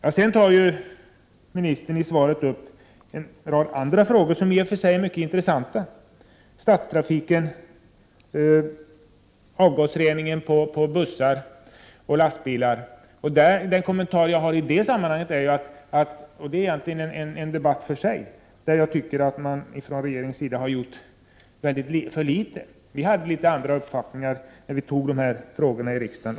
I sitt svar tar ministern sedan upp en rad andra frågor som i och för sig är mycket intressanta — stadstrafiken och avgasreningen för bussar och lastbilar. Min kommentar i det sammanhanget — även om det egentligen är en debatt för sig — är att man från regeringens sida har gjort för litet. Vi hade en något annan uppfattning när vi tog upp de här frågorna i riksdagen.